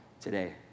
today